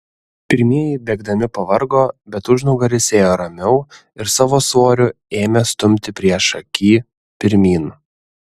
pirmieji bėgdami pavargo bet užnugaris ėjo ramiau ir savo svoriu ėmė stumti priešakį pirmyn